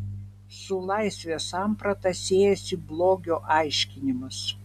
su laisvės samprata siejasi blogio aiškinimas